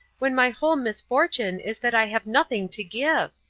when my whole misfortune is that i have nothing to give.